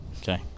okay